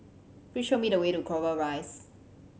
please show me the way to Clover Rise